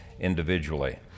individually